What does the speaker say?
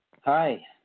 Hi